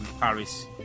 Paris